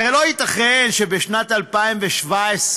הרי לא ייתכן שבשנת 2017,